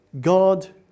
God